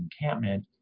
encampment